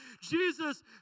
Jesus